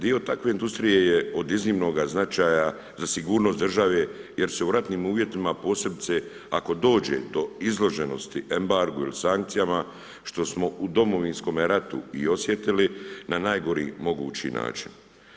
Dio takve industrije je od iznimnoga značaja za sigurnost države jer se u ratnim uvjetima posebice ako dođe do izloženosti … ili sankcijama, što smo u Domovinskome ratu i osjetili na najgori mogući način.